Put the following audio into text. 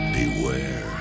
beware